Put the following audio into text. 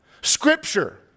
scripture